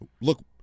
look